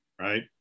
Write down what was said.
right